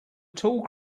tall